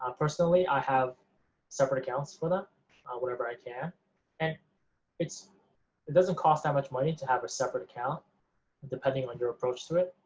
ah personally, i have separate accounts for them whenever i can and it's it doesn't cost that much money to have a separate account depending on your approach to it,